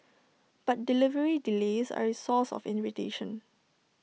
but delivery delays are A source of irritation